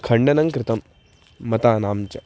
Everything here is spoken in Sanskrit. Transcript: खण्डनं कृतं मतानां च